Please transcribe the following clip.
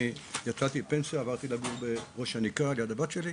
יצאתי לפנסיה ועברתי לגור בראש הנקרה ליד הבת שלי,